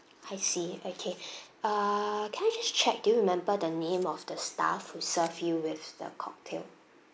I see okay uh can I just check do you remember the name of the staff who serve you with the cocktail